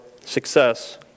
success